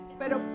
pero